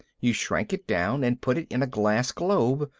you shrank it down and put it in a glass globe,